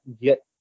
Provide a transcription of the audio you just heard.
get